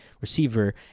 receiver